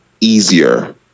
easier